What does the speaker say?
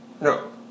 no